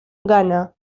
ghana